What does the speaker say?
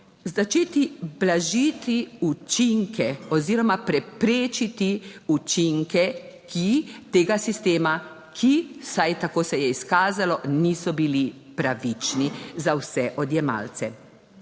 začeti blažiti učinke oziroma preprečiti učinke, ki tega sistema, ki, vsaj tako se je izkazalo, niso bili pravični za vse odjemalce.